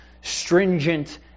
stringent